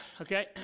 Okay